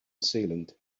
sealant